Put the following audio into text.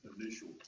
initial